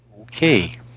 Okay